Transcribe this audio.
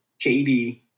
KD